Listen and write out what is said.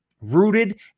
Rooted